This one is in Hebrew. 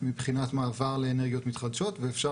מבחינת מעבר לאנרגיות מתחדשות ואפשר